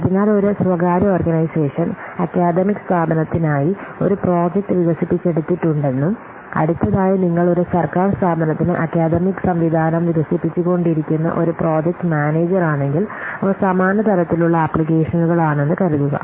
അതിനാൽ ഒരു സ്വകാര്യ ഓർഗനൈസേഷൻ അക്കാദമിക് സ്ഥാപനത്തിനായി ഒരു പ്രോജക്റ്റ് വികസിപ്പിച്ചെടുത്തിട്ടുണ്ടെന്നും അടുത്തതായി നിങ്ങൾ ഒരു സർക്കാർ സ്ഥാപനത്തിന് അക്കാദമിക് സംവിധാനം വികസിപ്പിച്ചുകൊണ്ടിരിക്കുന്ന ഒരു പ്രോജക്ട് മാനേജർ ആണെങ്കിൽ അവ സമാന തരത്തിലുള്ള ആപ്ലിക്കേഷനുകളാണെന്നു കരുതുക